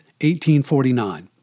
1849